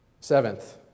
Seventh